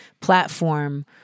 platform